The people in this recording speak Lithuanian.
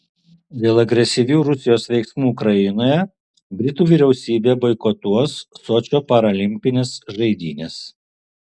dėl agresyvių rusijos veiksmų ukrainoje britų vyriausybė boikotuos sočio paralimpines žaidynes